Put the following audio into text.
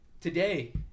Today